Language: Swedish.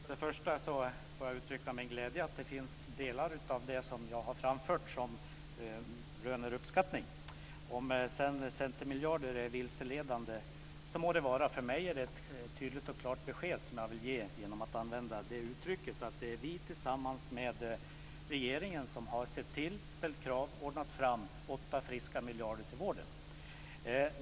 Fru talman! Jag vill först uttrycka glädje över att delar av det jag har anfört röner uppskattning. Om sedan beteckningen "centermiljarder" är vilseledande må det så vara. Jag vill genom att använda det uttrycket ge ett tydligt och klart besked: Det är vi som har gjort detta tillsammans med regeringen. Vi har ställt krav och ordnat fram 8 friska miljarder till vården.